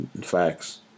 Facts